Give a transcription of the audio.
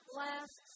last